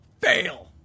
Fail